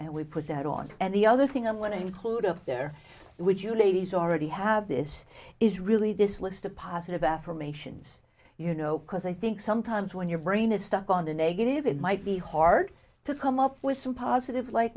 and we put that on and the other thing i want to include up there would you ladies already have this is really this list of positive affirmations you know because i think sometimes when your brain is stuck on the negative it might be hard to come up with some positive li